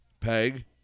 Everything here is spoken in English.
Peg